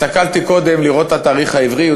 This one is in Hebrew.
הסתכלתי קודם לראות את התאריך העברי,